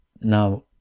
now